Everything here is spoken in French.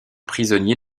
prisonnier